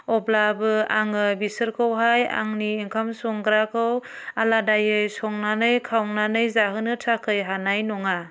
अब्लाबो आङो बिसोरखौहाय आंनि ओंखाम संग्राखौ आलादायै संनानै खावनानै जाहोनो थाखै हानाय नङा